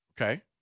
Okay